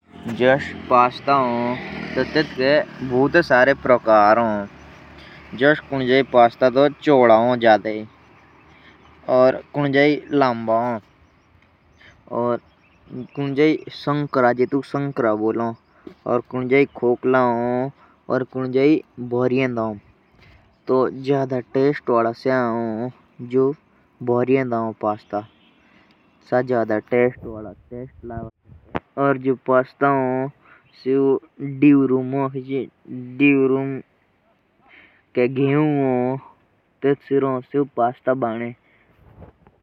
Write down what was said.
जोश पास्ता हो तो से बहुत ही टाइप क होन। मोट्टा पतला चोड़ा खोकला और भरा हुआ। सबसे जादा स्वाद बोरिये पास्ता होन। जो जेहु के पत्ते लिया रो बणे।